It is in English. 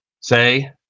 Say